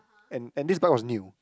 and and this bike was new